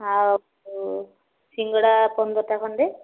ଆଉ ସିଙ୍ଗଡ଼ା ପନ୍ଦରଟା ଖଣ୍ଡେ